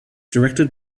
directed